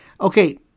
Okay